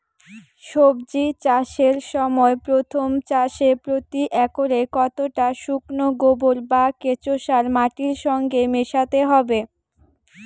সবজি চাষের সময় প্রথম চাষে প্রতি একরে কতটা শুকনো গোবর বা কেঁচো সার মাটির সঙ্গে মেশাতে হবে?